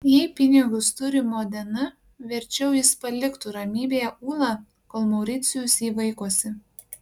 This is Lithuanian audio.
jei pinigus turi modena verčiau jis paliktų ramybėje ulą kol mauricijus jį vaikosi